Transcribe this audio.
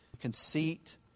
conceit